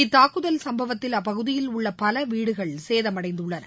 இத்தாக்குதல் சம்பவத்தில் அப்பகுதியில் உள்ள பல வீடுகள் சேதமடைந்துள்ளன